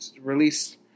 released